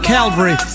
Calvary